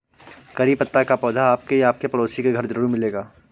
करी पत्ता का पौधा आपके या आपके पड़ोसी के घर ज़रूर मिलेगा